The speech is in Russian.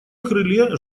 крыле